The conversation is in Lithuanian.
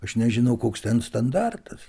aš nežinau koks ten standartas